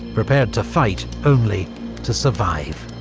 prepared to fight only to survive.